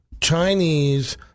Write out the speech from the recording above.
Chinese